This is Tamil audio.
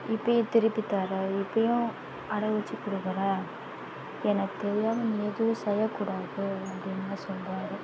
இப்போயும் திருப்பி தர இப்போயும் அடகு வச்சு கொடுக்குற எனக்கு தெரியாமல் நீ எதுவும் செய்ய கூடாது அப்படின்ன மாதிரி சொல்றார்